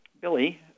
Billy